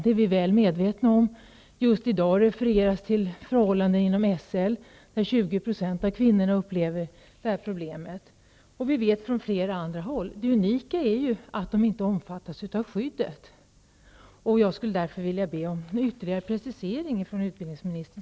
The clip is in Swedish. Det är vi väl medvetna om. Just i dag refereras till förhållandena inom SL. Där upplever 20 % av kvinnorna det här problemet. Vi vet att det är likadant på flera andra håll. Det unika är att kvinnorna på universiteten inte omfattas av skyddet. Därför skulle jag vilja be om en ytterligare precisering från utbildningsministern.